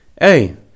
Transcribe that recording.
hey